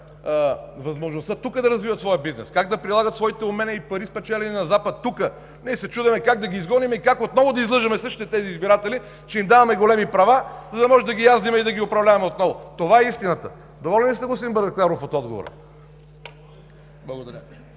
възможността тук да развиват своя бизнес, как да прилагат своите умения и пари, спечелени на Запад, тук, ние се чудим как да ги изгоним и как отново да излъжем същите тези избиратели, че им даваме големи права, за да можем да ги яздим и да ги управляваме отново. Това е истината. Доволен ли сте, господин Байрактаров, от отговора? ДИМИТЪР